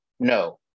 No